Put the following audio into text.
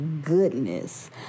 goodness